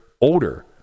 older